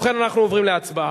ובכן, אנחנו עוברים להצבעה.